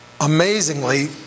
amazingly